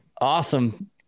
Awesome